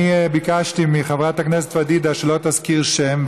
אני ביקשתי מחברת הכנסת פדידה שלא תזכיר שם,